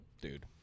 Dude